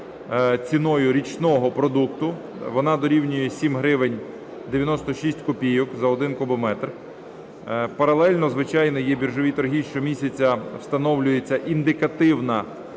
ціною річного продукту. Вона дорівнює 7 гривень 96 копійок за 1 кубометр. Паралельно, звичайно, є біржові торги. Щомісяця встановлюється індикативна